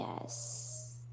Yes